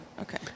okay